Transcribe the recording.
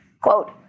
Quote